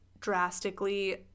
drastically